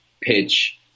pitch